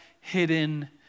hidden